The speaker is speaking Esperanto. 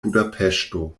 budapeŝto